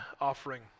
offering